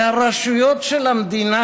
והרשויות של המדינה,